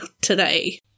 today